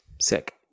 Sick